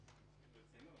אכיפה,